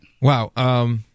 Wow